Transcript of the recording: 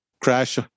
crash